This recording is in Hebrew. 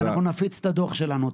ואנחנו נפיץ את הדו"ח שלנו.